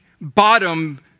bottom